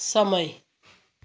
समय